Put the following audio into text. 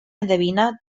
endevina